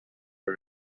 are